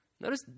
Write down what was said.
Notice